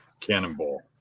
cannonball